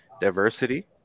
diversity